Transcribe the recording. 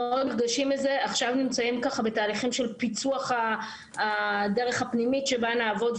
עכשיו נמצאים בתהליכים של פיצוח הדרך הפנימית שבה נעבוד,